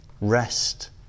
rest